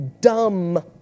dumb